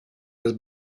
has